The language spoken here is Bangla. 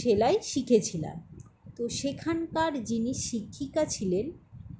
সেলাই শিখেছিলাম তো সেখানকার যিনি শিক্ষিকা ছিলেন